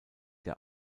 der